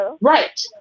Right